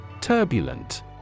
Turbulent